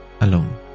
alone